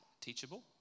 teachable